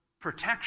protection